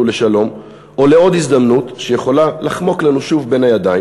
לשלום או לעוד הזדמנות שיכולה לחמוק לנו שוב בין הידיים,